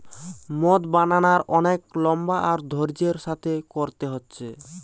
মদ বানানার অনেক লম্বা আর ধৈর্য্যের সাথে কোরতে হচ্ছে